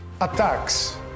attacks